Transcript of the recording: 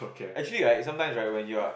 actually right sometimes right when you are